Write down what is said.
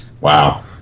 wow